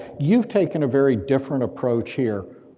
you've taken a very different approach here,